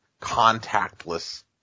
contactless